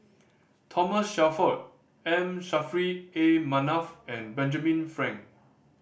Thomas Shelford M Saffri A Manaf and Benjamin Frank